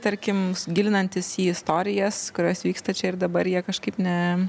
tarkim gilinantis į istorijas kurios vyksta čia ir dabar jie kažkaip ne